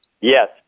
yes